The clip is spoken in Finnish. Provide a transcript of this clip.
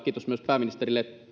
kiitos pääministerille